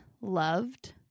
Loved